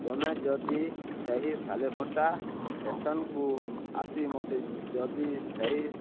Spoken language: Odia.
ତୁମେ ଯଦି ସେହି ସାଲଭଟା ଷ୍ଟେସନକୁ ଆସି ମୋତେ ଯଦି ସେହି